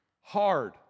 hard